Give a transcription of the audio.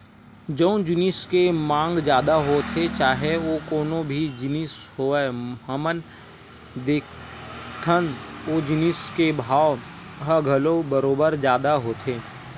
जउन जिनिस के मांग जादा होथे चाहे ओ कोनो भी जिनिस होवय हमन देखथन ओ जिनिस के भाव ह घलो बरोबर जादा होथे